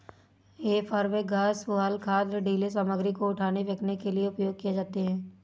हे फोर्कव घास, पुआल, खाद, ढ़ीले सामग्री को उठाने, फेंकने के लिए उपयोग किए जाते हैं